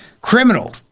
criminal